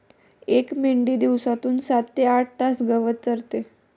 एक मेंढी दिवसातून सात ते आठ तास गवत चरते